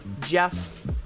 Jeff